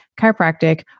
chiropractic